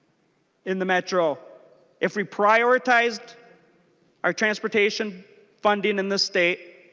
in the metro if we prioritized our transportation funding in the state